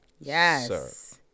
yes